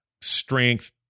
strength